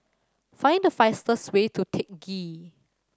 find the fastest way to Teck Ghee